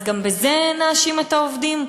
אז גם בזה נאשים את העובדים?